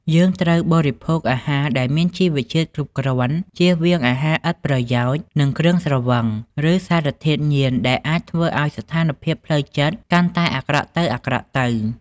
យើងត្រូវបរិភោគអាហារដែលមានជីវជាតិគ្រប់គ្រាន់ ជៀសវាងអាហារឥតប្រយោជន៍ និងគ្រឿងស្រវឹង ឬសារធាតុញៀនដែលអាចធ្វើឱ្យស្ថានភាពផ្លូវចិត្តកាន់តែអាក្រក់ទៅៗ។